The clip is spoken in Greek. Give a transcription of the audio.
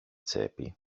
τσέπη